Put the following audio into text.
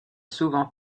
souvent